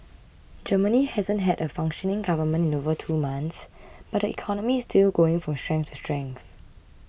Germany hasn't had a functioning government in over two months but the economy is still going from strength to strength